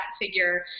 figure